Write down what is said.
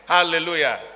Hallelujah